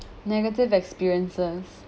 negative experiences